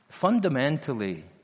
fundamentally